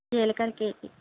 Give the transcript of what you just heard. జీలకర్ర కేజీ